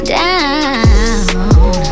down